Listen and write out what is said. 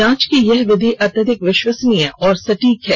जांच की यह विधि अत्यधिक विश्वसनीय और सटीक है